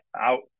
out